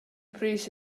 pris